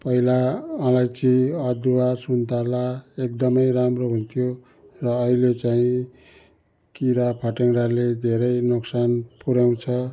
पहिला अलैँची अदुवा सुन्तला एकदम राम्रो हुन्थ्यो र अहिले चाहिँ किरा फटेङ्ग्राले धेरै नोकसान पुऱ्याउँछ